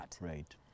Right